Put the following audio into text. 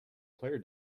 player